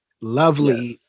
lovely